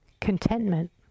contentment